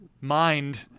mind